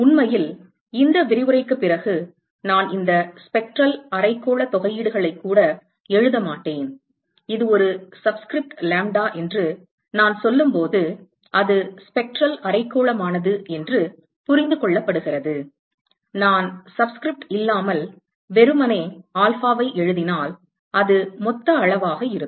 உண்மையில் இந்த விரிவுரைக்குப் பிறகு நான் இந்த ஸ்பெக்ட்ரல் அரைக்கோள தொகையீடுகளை கூட எழுதமாட்டேன் இது ஒரு சப்ஸ்கிரிப்ட் லாம்ப்டா என்று நான் சொல்லும்போது அது ஸ்பெக்ட்ரல் அரைக்கோளமானது என்று புரிந்து கொள்ளப்படுகிறது நான் சப்ஸ்கிரிப்ட் இல்லாமல் வெறுமனே ஆல்பாவை எழுதினால் அது மொத்த அளவாக இருக்கும்